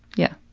yeah.